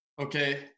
Okay